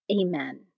Amen